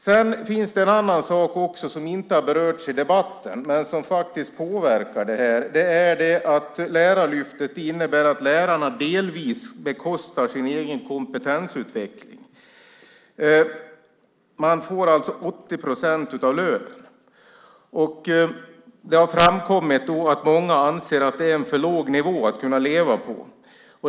Det finns en annan sak som inte har berörts i debatten men som påverkar detta. Det är att Lärarlyftet innebär att lärarna delvis bekostar sin egen kompetensutveckling. Man får alltså 80 procent av lönen. Det har framkommit att många anser att det är för lite att leva på.